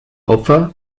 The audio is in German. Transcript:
opfer